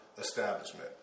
establishment